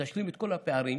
תשלים את כל הפערים.